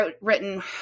written